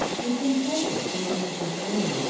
with some trifles belonging to helena,